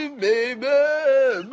baby